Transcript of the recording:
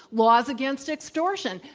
laws against extortion.